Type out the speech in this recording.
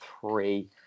three